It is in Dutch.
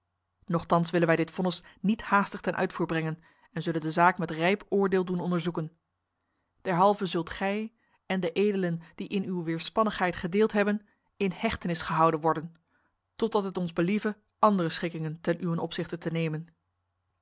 nochtans willen wij dit vonnis niet haastig ten uitvoer brengen en zullen de zaak met rijp oordeel doen onderzoeken derhalve zult gij en de edelen die in uw weerspannigheid gedeeld hebben in hechtenis gehouden worden totdat het ons believe andere schikkingen ten uwen opzichte te nemen